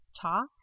talk